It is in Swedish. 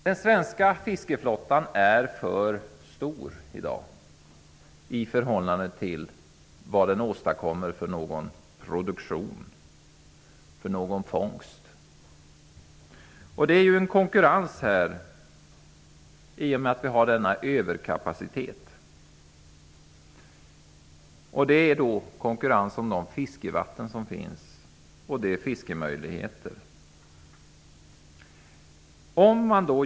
Den svenska fiskeflottan är i dag för stor i förhållande till den fångst den producerar. Denna överkapacitet innebär en konkurrens om de fiskevatten och de fiskemöjligheter som finns.